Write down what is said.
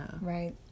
Right